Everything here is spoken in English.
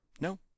No